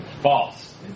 False